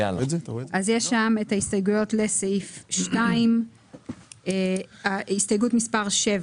יש שם הסתייגויות ל סעיף 2. הסתייגות מספר 7